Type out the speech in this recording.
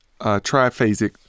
Triphasic